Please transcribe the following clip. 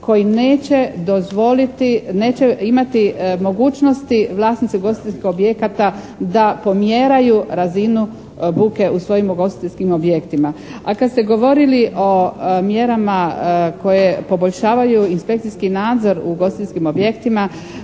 neće imati mogućnosti vlasnici ugostiteljskih objekata da pomjeraju razinu buke u svojim ugostiteljskim objektima. A kada ste govorili o mjerama koje poboljšavaju inspekcijski nadzor u ugostiteljskim objektima,